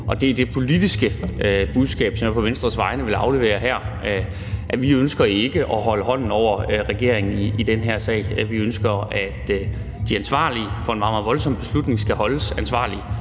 og det er det politiske budskab, som jeg på Venstres vegne vil aflevere her – at vi ikke ønsker at holde hånden over regeringen i den her sag. Vi ønsker, at de ansvarlige for en meget, meget voldsom beslutning skal holdes ansvarlige;